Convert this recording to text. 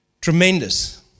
Tremendous